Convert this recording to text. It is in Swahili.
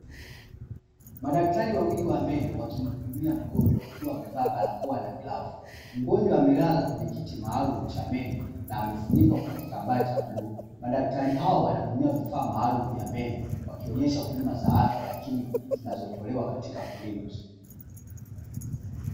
Madaktari wawili wa meno wakimhudumia mgonjwa wakiwa wamevaa barakoa na glavu. Mgonjwa amelala kwenye kiti maalum cha meno na amefunikwa kwa kitambaa cha bluu. Madaktari hao wanatumia vifaa maalum vya meno wakionyesha huduma za afya ya kinywa zinazotolewa katika kliniki.